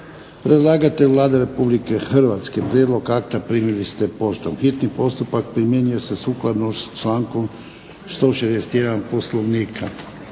Predlagatelj Vlada Republike Hrvatske, prijedlog akta primili ste poštom. Hitni postupak primjenjuje se sukladno člankom 161. Poslovnika.